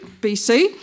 BC